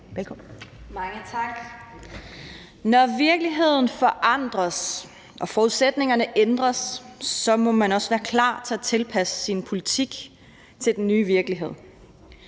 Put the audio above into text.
(SF): Mange tak. Når virkeligheden forandres og forudsætningerne ændres, må man også være klar til at tilpasse sin politik til den nye virkelighed.